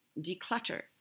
declutter